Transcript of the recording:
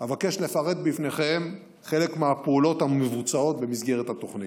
אבקש לפרט לפניכם חלק מהפעולות המבוצעות במסגרת התוכנית.